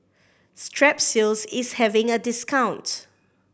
Strepsils is having a discount